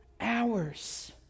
Hours